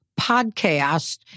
podcast